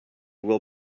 will